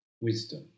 wisdom